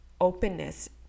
openness